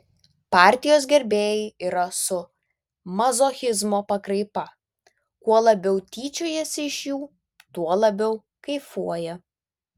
partijos gerbėjai yra su mazochizmo pakraipa kuo labiau tyčiojasi iš jų tuo labiau kaifuoja